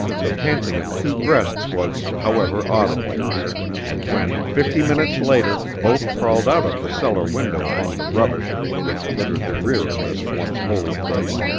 the panting of two breasts was, however, audible and when, fifty minutes later, both crawled out of the cellar window among the rubbish which littered the rear of this once holy place,